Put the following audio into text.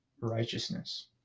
righteousness